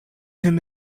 him